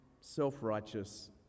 self-righteous